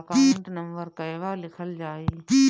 Account number कहवा लिखल जाइ?